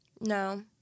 no